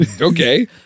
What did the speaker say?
okay